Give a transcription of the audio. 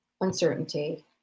uncertainty